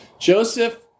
Joseph